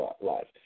life